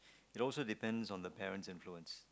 it also depends on the parent's influence